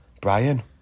Brian